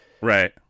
Right